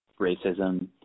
racism